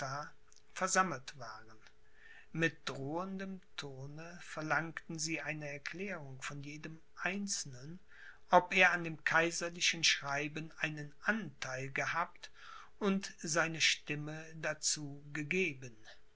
versammelt waren mit drohendem tone verlangten sie eine erklärung von jedem einzelnen ob er an dem kaiserlichen schreiben einen antheil gehabt und seine stimme dazu gegeben